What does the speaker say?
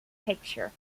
picture